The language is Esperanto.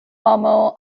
amo